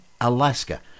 Alaska